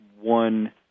one